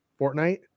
fortnite